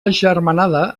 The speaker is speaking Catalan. agermanada